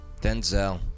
Denzel